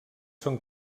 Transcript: són